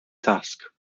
task